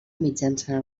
mitjançant